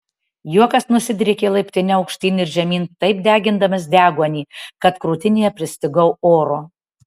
juokas nusidriekė laiptine aukštyn ir žemyn taip degindamas deguonį kad krūtinėje pristigau oro